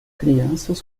crianças